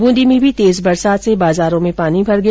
बूंदी में भी तेज बरसात से बाजारों में पानी भर गया